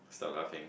stop laughing